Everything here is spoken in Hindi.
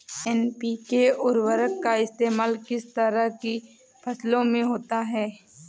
एन.पी.के उर्वरक का इस्तेमाल किस तरह की फसलों में होता है?